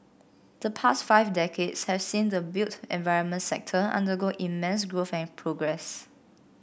the past five decades have seen the built environment sector undergo immense growth and progress